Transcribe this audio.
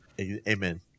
Amen